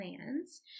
plans